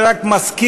אני רק מזכיר,